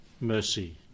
mercy